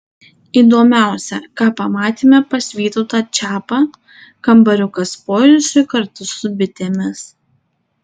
įdomiausia ką pamatėme pas vytautą čiapą kambariukas poilsiui kartu su bitėmis